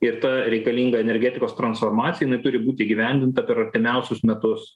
ir ta reikalinga energetikos transformacija jinai turi būt įgyvendinta per artimiausius metus